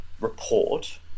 report